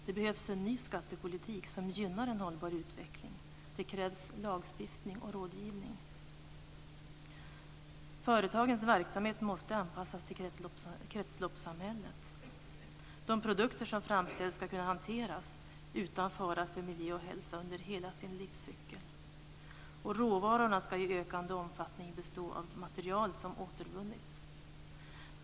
Det behövs en ny skattepolitik som gynnar en hållbar utveckling. Det krävs lagstiftning och rådgivning. Företagens verksamhet måste anpassas till kretsloppssamhället. De produkter som framställs ska kunna hanteras utan fara för miljö och hälsa under hela sin livscykel. Råvarorna ska i ökande omfattning bestå av material som återvunnits.